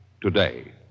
today